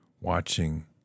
watching